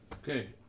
Okay